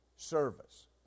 service